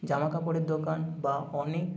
জামাকাপড়ের দোকান বা অনেক